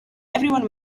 everyone